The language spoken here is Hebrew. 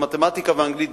במתמטיקה ובאנגלית,